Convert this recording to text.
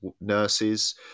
nurses